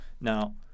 Now